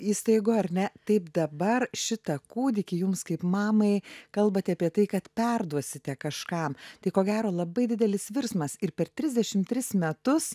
įstaigų ar ne taip dabar šitą kūdikį jums kaip mamai kalbate apie tai kad perduosite kažkam tai ko gero labai didelis virsmas ir per trisdešimt tris metus